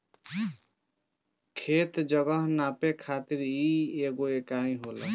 खेत, जगह नापे खातिर इ एगो इकाई होला